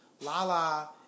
Lala